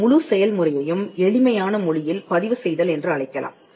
இந்த முழு செயல்முறையையும் எளிமையான மொழியில் பதிவு செய்தல் என்று அழைக்கலாம்